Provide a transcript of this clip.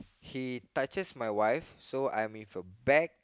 he touches my wife so I'm with a bag